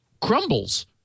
crumbles